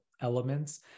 elements